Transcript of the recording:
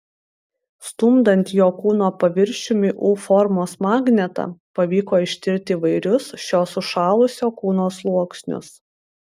stumdant jo kūno paviršiumi u formos magnetą pavyko ištirti įvairius šio sušalusio kūno sluoksnius